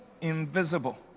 invisible